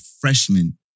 freshman